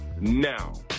Now